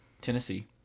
Tennessee